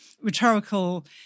rhetorical